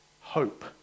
Hope